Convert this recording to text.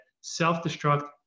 self-destruct